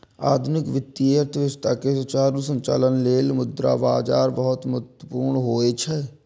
आधुनिक वित्तीय अर्थव्यवस्था के सुचारू संचालन लेल मुद्रा बाजार बहुत महत्वपूर्ण होइ छै